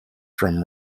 from